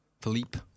Philippe